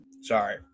Sorry